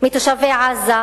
מתושבי עזה,